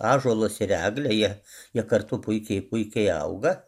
ąžuolas ir eglė jie jie kartu puikiai puikiai auga